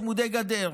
צמודי גדר,